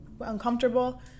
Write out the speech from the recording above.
uncomfortable